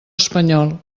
espanyol